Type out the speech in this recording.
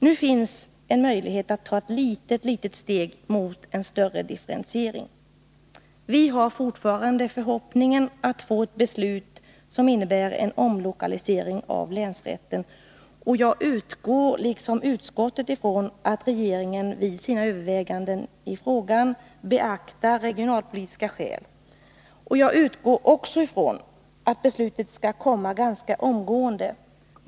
Nu finns en möjlighet att ta ettlitet, litet steg mot en större differentiering. Vi hyser fortfarande förhoppningen att få ett beslut som innebär en omlokalisering av länsrätten. Jag utgår liksom utskottet ifrån att regeringen vid sina överväganden i frågan beaktar regionalpolitiska skäl. Jag utgår också ifrån att beslutet skall komma ganska omgående.